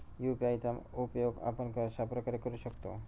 UPI चा उपयोग आपण कशाप्रकारे करु शकतो?